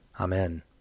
Amen